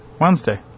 Wednesday